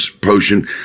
potion